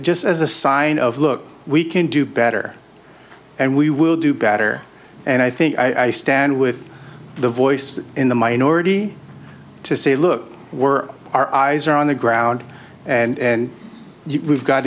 just as a sign of look we can do better and we will do better and i think i stand with the voices in the minority to say look we're our eyes are on the ground and you've got